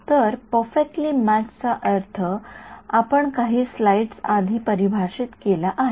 तर perfectly matched चा अर्थ आपण काही स्लाइड्स आधी परिभाषित केला आहे